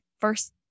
first